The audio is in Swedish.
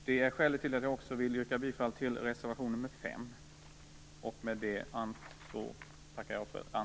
Det är skälet till att jag också vill yrka bifall till reservation nr 5.